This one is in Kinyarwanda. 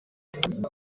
ubu